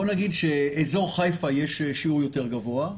בואו נגיד שבאזור חיפה יש שיעור גבוה יותר,